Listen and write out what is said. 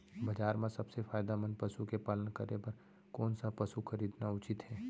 बजार म सबसे फायदामंद पसु के पालन करे बर कोन स पसु खरीदना उचित हे?